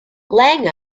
lange